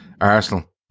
Arsenal